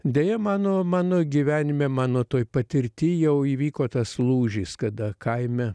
deja mano mano gyvenime mano toj patirty jau įvyko tas lūžis kada kaime